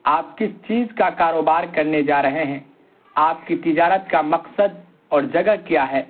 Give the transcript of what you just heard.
آپ کس چیز کا کاروبار کرنے جا رہے ہیں آپ کی تجارت کا مقصد اور جگہ کیا ہے